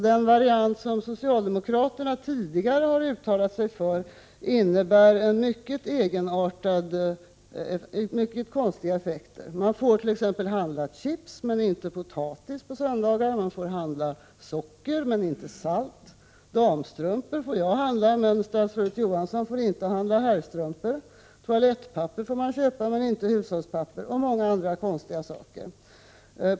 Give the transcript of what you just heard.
Den variant som socialdemokraterna tidigare har uttalat sig för får mycket egenartade effekter. Man får t.ex. handla chips men inte potatis på söndagarna. Man får handla socker men inte salt. Jag får handla damstrumpor, men statsrådet Johansson får inte handla herrstrumpor. Toalettpapper får man köpa men inte hushållspapper.